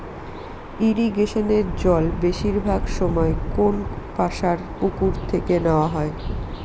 ইরিগেশনের জল বেশিরভাগ সময় কোনপাশর পুকুর থেকে নেওয়া হয়